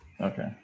Okay